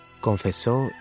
Confesó